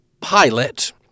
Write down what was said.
pilot